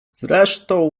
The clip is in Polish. zresztą